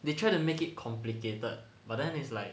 they try to make it complicated but then is like